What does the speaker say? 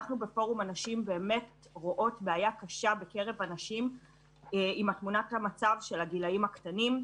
אנחנו רואות בעיה קשה בקרב הנשים עם תמונת המצב של הגילאים הקטנים.